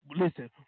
listen